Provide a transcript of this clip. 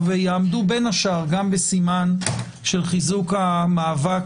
יעמדו בין השאר גם בסימן של חיזוק המאבק